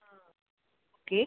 ആ ഓക്കേ